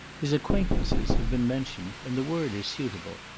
his acquaintances have been mentioned, and the word is suitable.